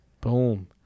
Boom